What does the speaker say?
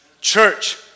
Church